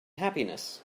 happiness